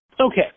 Okay